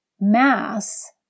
mass